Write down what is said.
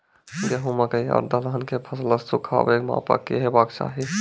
गेहूँ, मकई आर दलहन के फसलक सुखाबैक मापक की हेवाक चाही?